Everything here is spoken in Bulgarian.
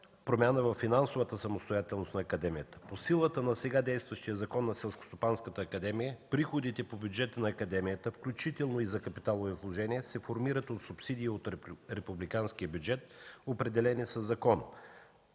промяна във финансовата самостоятелност на академията. По силата на сега действащият закон за Селскостопанската академия, приходите по бюджета на Академията, включително и за капиталови вложения, се формират от: субсидии от републиканския бюджет, определени със закон;